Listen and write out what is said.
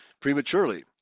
prematurely